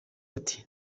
ati